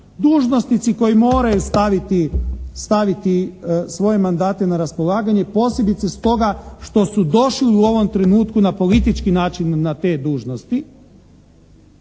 dužnosnici koji moraju staviti svoje mandate na raspolaganje posebice stoga što su došli u ovom trenutku na politički način na te dužnosti.